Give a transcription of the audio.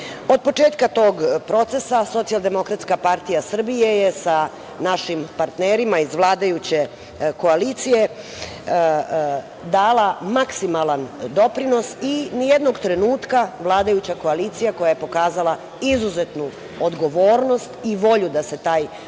početka tog procesa SDPS je sa našim partnerima iz vladajuće koalicije dala maksimalan doprinos i nijednog trenutka vladajuća koalicija koja je pokazala izuzetnu odgovornost i volju da se taj proces